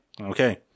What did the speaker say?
Okay